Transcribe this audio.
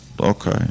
okay